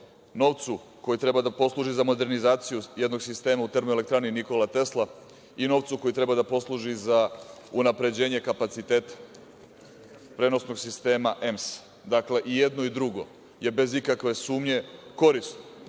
novcu koji treba da posluži na modernizaciju jednog sistema u TE Nikola Tesla, i novcu koji treba da posluži za unapređenje kapaciteta prenosnog sistema EMS. Dakle, i jedno i drugo je bez ikakve sumnje korist